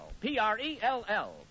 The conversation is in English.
P-R-E-L-L